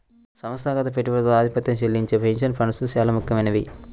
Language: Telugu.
సంస్థాగత పెట్టుబడిదారులు ఆధిపత్యం చెలాయించే పెన్షన్ ఫండ్స్ చాలా ముఖ్యమైనవి